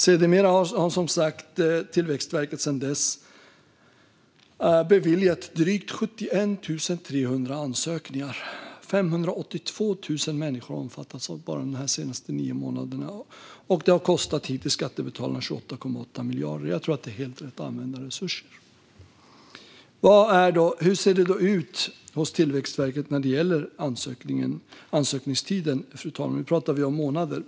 Sedan dess har Tillväxtverket beviljat drygt 71 300 ansökningar. 582 000 människor har omfattats bara de senaste nio månaderna. Det har hittills kostat skattebetalarna 28,8 miljarder, och jag tror att det är helt rätt använda resurser. Fru talman! Hur ser det då ut hos Tillväxtverket när det gäller ansökningstiden? Nu talar vi om månader.